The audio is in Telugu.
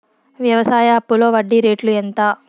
వ్యవసాయ అప్పులో వడ్డీ రేట్లు ఎంత?